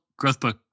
GrowthBook